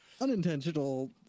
unintentional